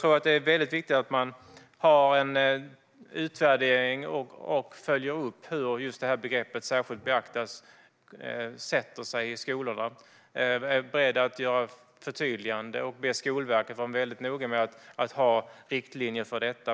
Det är viktigt att utvärdera och följa upp hur just begreppet särskilt beakta sätter sig i skolorna, att man är beredd att göra förtydligande och be Skolverket att vara noga med att ha riktlinjer för detta.